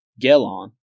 Gelon